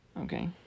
Okay